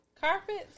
Carpets